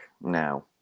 now